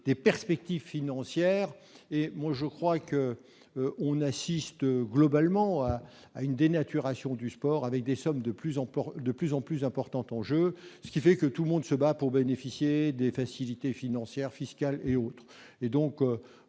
des perspectives financières et moi je crois que on assiste globalement à une dénaturation du sport avec des sommes de plus en plus, de plus en plus importante en jeu, ce qui fait que tout le monde se bat pour bénéficier des facilités financières, fiscales et autres,